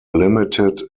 limited